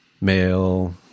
male